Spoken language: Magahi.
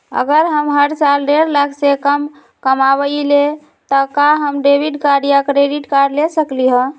अगर हम हर साल डेढ़ लाख से कम कमावईले त का हम डेबिट कार्ड या क्रेडिट कार्ड ले सकली ह?